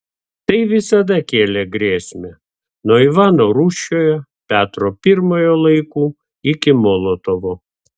tai visada kėlė grėsmę nuo ivano rūsčiojo petro pirmojo laikų iki molotovo